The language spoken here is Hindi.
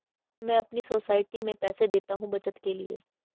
मैं अपने सोसाइटी में पैसे देता हूं बचत के लिए